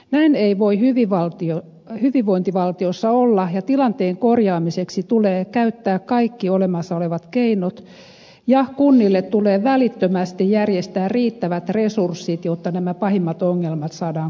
näin ei voi hyvinvointivaltiossa olla ja tilanteen korjaamiseksi tulee käyttää kaikki olemassa olevat keinot ja kunnille tulee välittömästi järjestää riittävät resurssit jotta nämä pahimmat ongelmat saadaan korjattua